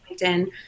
LinkedIn